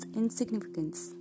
insignificance